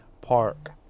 Park